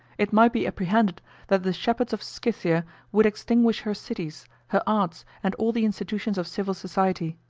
it might be apprehended that the shepherds of scythia would extinguish her cities, her arts, and all the institutions of civil society.